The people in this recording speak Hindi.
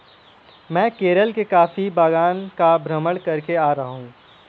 मैं केरल के कॉफी बागान का भ्रमण करके आ रहा हूं